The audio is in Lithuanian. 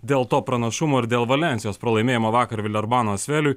dėl to pranašumo ir dėl valensijos pralaimėjimo vakar vilerbano asveliui